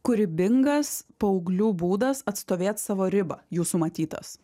kūrybingas paauglių būdas atstovėt savo ribą jūsų matytas